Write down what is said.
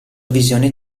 visione